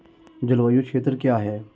जलवायु क्षेत्र क्या है?